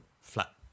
flat